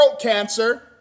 cancer